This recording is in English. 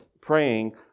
praying